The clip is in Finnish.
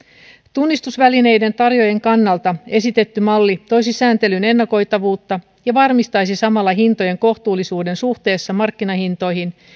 tunnistusvälineiden tarjoajien kannalta esitetty malli toisi sääntelyyn ennakoitavuutta ja varmistaisi samalla hintojen kohtuullisuuden suhteessa markkinahintoihin